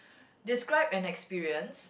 describe an experience